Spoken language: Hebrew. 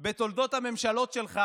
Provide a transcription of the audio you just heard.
בתולדות הממשלות שלך